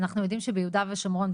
אנחנו יודעים שביהודה ושומרון,